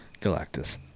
Galactus